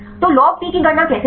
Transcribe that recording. तो log P की गणना कैसे करें